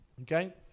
Okay